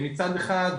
מצד אחד,